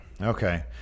Okay